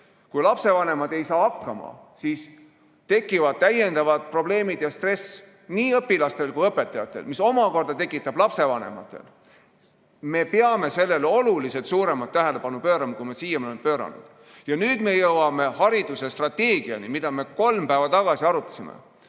Kui lapsevanemad ei saa hakkama, siis tekivad täiendavad probleemid ja stress nii õpilastel kui ka õpetajatel, mis omakorda tekitab seda lapsevanematel. Me peame sellele oluliselt suuremat tähelepanu pöörama, kui me siiani oleme pööranud. Nüüd me jõuame haridusstrateegiani, mida me kolm päeva tagasi arutasime.